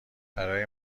برای